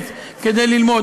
זה לא דומה.